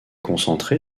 concentrée